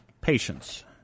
patience